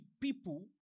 people